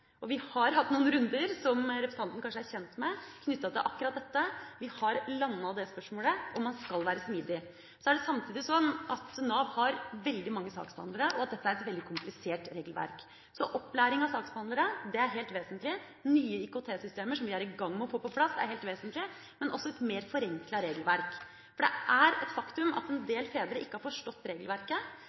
Vi har hatt noen runder, som representanten kanskje er kjent med, knyttet til akkurat dette. Vi har landet det spørsmålet – og man skal være smidig. Så er det samtidig sånn at Nav har veldig mange saksbehandlere, og at dette er et veldig komplisert regelverk. Opplæring av saksbehandlere er helt vesentlig. Nye IKT-systemer, som vi er i gang med å få på plass, er helt vesentlige, og også et mer forenklet regelverk. For det er et faktum at en del fedre ikke har forstått regelverket.